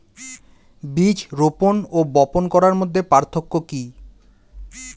বীজ রোপন ও বপন করার মধ্যে পার্থক্য কি?